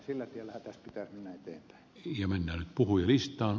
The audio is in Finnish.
sillä tiellähän tässä pitäisi mennä eteenpäin